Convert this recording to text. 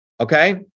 Okay